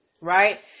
right